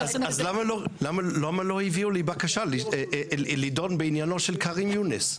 אז למה לא הביאו לי בקשה לדון בעניינו של כארים יונס?